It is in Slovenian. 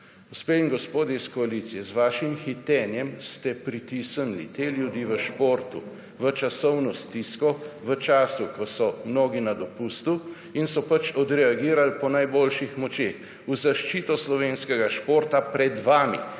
Gospe in gospodje iz koalicije, z vašim hitenjem ste pritisnili te ljudi v športu v časovno stisko, v času, ko so mnogi na dopustu in so odreagirali po najboljših močeh v zaščito slovenskega športa pred vami